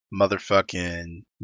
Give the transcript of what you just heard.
motherfucking